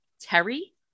terry